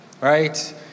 right